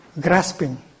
grasping